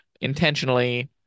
intentionally